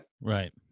right